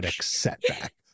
setback